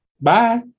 Bye